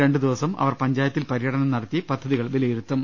രണ്ടു ദിവസം അവർ പഞ്ചായത്തിൽ പര്യടനം നടത്തി പദ്ധതികൾ വിലയിരുത്തും